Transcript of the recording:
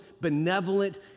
benevolent